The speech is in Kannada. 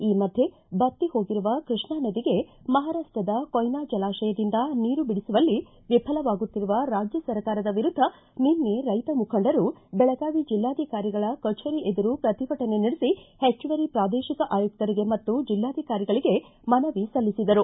ಈ ಮಧ್ಯ ಬತ್ತಿ ಹೋಗಿರುವ ಕೃಷ್ಣಾ ನದಿಗೆ ಮಹಾರಾಷ್ಲದ ಕೊಯ್ನಾ ಜಲಾತಯದಿಂದ ನೀರು ಬಿಡಿಸುವಲ್ಲಿ ವಿಫಲವಾಗುತ್ತಿರುವ ರಾಜ್ಲ ಸರ್ಕಾರದ ವಿರುದ್ದ ನಿನ್ನೆ ರೈತ ಮುಖಂಡರು ಬೆಳಗಾವಿ ಜಿಲ್ಲಾಧಿಕಾರಿಗಳ ಕಚೇರಿ ಎದುರು ಪ್ರತಿಭಟನೆ ನಡೆಸಿ ಹೆಚ್ಚುವರಿ ಪ್ರಾದೇಶಿಕ ಆಯುಕ್ತರಿಗೆ ಮತ್ತು ಜಿಲ್ಲಾಧಿಕಾರಿಗಳಿಗೆ ಮನವಿ ಸಲ್ಲಿಸಿದರು